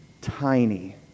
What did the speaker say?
tiny